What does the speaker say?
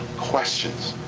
questions?